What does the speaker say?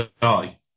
die